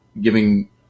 giving